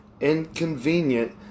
inconvenient